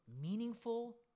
meaningful